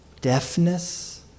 deafness